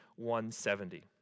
170